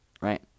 right